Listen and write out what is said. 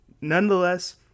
nonetheless